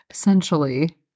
Essentially